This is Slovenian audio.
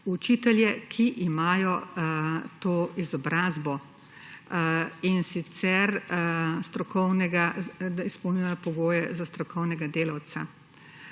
učitelje, ki imajo to izobrazbo, in sicer da izpolnjujejo pogoje za strokovnega delavca.